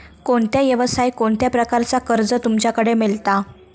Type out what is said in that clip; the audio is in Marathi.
कोणत्या यवसाय कोणत्या प्रकारचा कर्ज तुमच्याकडे मेलता?